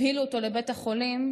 הבהילו אותו לבית החולים,